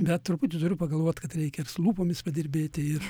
bet truputį turiu pagalvot kad reikia ir su lūpomis padirbėti ir